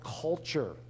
culture